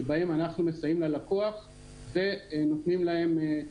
שבהם אנחנו מסייעים ללקוח ונותנים להם את